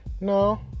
no